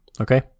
Okay